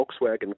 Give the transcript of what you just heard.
Volkswagen